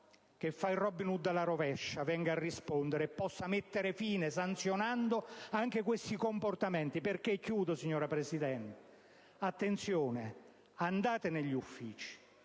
che fa il Robin Hood alla rovescia, venga a rispondere e possa mettere fine, sanzionandoli, anche a questi comportamenti. Signora Presidente, attenzione, andate negli uffici.